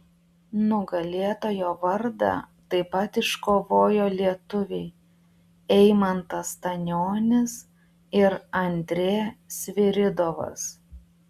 nugalėtojo vardą taip pat iškovojo lietuviai eimantas stanionis ir andrė sviridovas